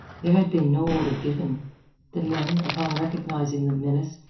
there had been no order given the men, upon recognizing the menace,